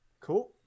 cool